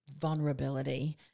vulnerability